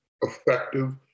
effective